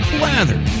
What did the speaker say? lather